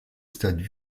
stade